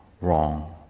wrong